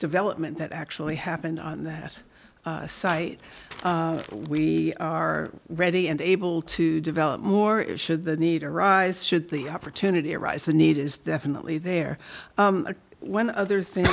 development that actually happened on that site we are ready and able to develop more it should the need arise should the opportunity arise the need is definitely there when other thing